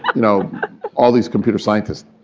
you know all these computer scientists,